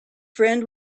friend